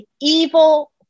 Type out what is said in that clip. evil